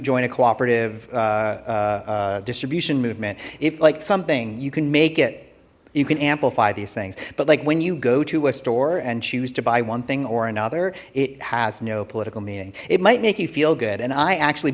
join a cooperative distribution movement if like something you can make it you can amplify these things but like when you go to a store and choose to buy one thing or another it has no political meaning it might make you feel good and i actually